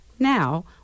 Now